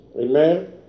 amen